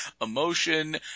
emotion